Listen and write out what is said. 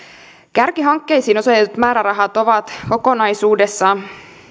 kärkihankkeisiin osoitetut määrärahat ovat kokonaisuudessa